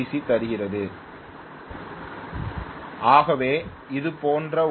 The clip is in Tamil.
சி ஐ தருகிறது ஆகவே இது போன்ற ஓ